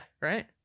right